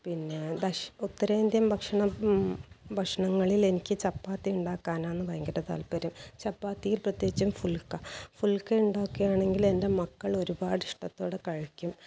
പിന്നെ ഭക്ഷണം ഉത്തരേന്ത്യൻ ഭക്ഷണം ഭക്ഷണങ്ങളിൽ എനിക്ക് ചപ്പാത്തി ഉണ്ടാക്കാനാന്ന് ഭയങ്കര താൽപ്പര്യം ചപ്പാത്തിയിൽ പ്രത്യേകിച്ചും ഫുൽക്ക ഫുൽക്ക ഉ ണ്ടാക്കയാണെങ്കിൽ എൻ്റെ മക്കൾ ഒരുപാട് ഇഷ്ടത്തോടെ കഴിക്കും